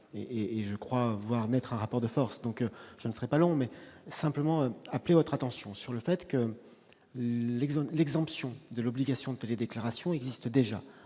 je crois voir naître un rapport de forces, je ne serai pas long, mais je veux simplement attirer votre attention sur le fait que l'exemption de l'obligation de télédéclaration en cas de